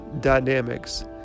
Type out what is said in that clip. Dynamics